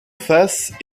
face